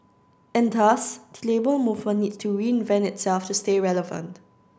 and thus the Labour Movement needs to reinvent itself to stay relevant